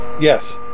Yes